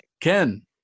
Ken